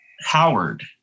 Howard